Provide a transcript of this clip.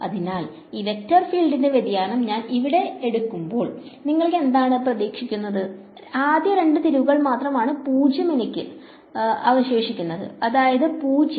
അതിനാൽ ഈ വെക്റ്റർ ഫീൽഡിന്റെ വ്യതിയാനം ഞാൻ ഇവിടെ എടുക്കുമ്പോൾ നിങ്ങൾ എന്താണ് പ്രതീക്ഷിക്കുന്നത് ആദ്യ രണ്ട് തിരിവുകൾ മാത്രമാണ് 0 എനിക്ക് ഇത് അവശേഷിക്കുന്നു അതായത് 0